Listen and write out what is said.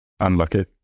Unlucky